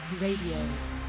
Radio